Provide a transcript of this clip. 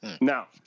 Now